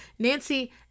Nancy